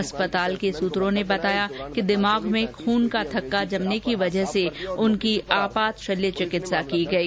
अस्पताल के सूत्रों ने बताया है कि दिमाग में खून का थक्का जमने की वजह से उनकी आपात शल्य चिकित्सा की गई